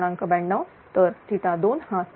92 तर 2 हा 23